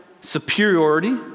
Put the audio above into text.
superiority